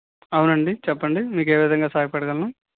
అవునండి చెప్పండి మీకేవిధంగా సహాయపడగలను